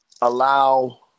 allow –